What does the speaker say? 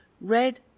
red